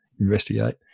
Investigate